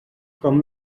com